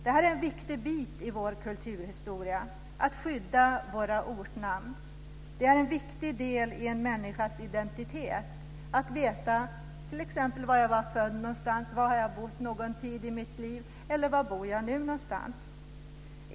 Det är en viktig bit i vår kulturhistoria att skydda våra ortnamn. De är en viktig del i en människas identitet - var man är född, var man har bott en tid i sitt liv eller var man bor nu.